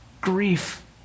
grief